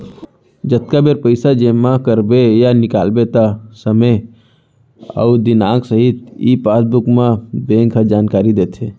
जतका बेर पइसा जमा करबे या निकालबे त समे अउ दिनांक सहित ई पासबुक म बेंक ह जानकारी देथे